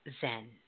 Zen